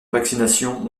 vaccination